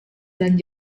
dan